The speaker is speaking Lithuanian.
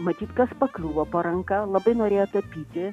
matyt kas pakliuvo po ranka labai norėjo tapyti